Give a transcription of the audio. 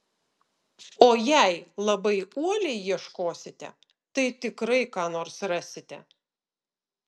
o jei labai uoliai ieškosite tai tikrai ką nors rasite